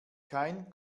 kein